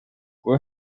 kui